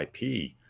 IP